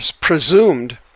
presumed